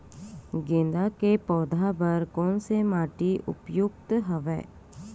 गेंदा के पौधा बर कोन से माटी उपयुक्त हवय?